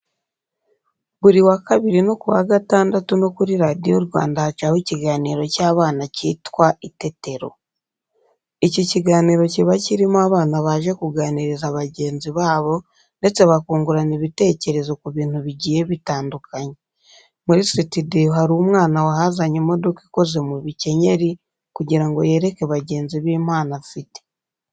Buri wa Kabiri no ku wa Gatandatu no kuri Radiyo Rwanda hacaho ikiganiro cy'abana cyitwa Itetero. Iki kiganiro kiba kirimo abana baje kuganiriza bagenzi babo ndetse bakungurana ibitekerezo ku bintu bigiye bitandukanye. Muri sitidiyo hari umwana wahazanye imodoka ikoze mu bikenyeri kugira ngo yereke bagenzi be impano afite.